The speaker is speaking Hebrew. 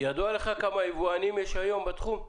ידוע לך כמה יבואנים יש היום בתחום?